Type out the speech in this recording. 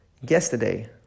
Yesterday